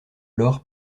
l’or